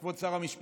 כבוד שר המשפטים,